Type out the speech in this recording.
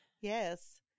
Yes